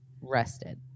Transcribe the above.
Rested